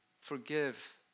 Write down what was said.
forgive